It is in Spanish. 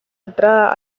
entrada